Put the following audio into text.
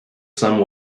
some